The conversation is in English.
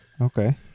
okay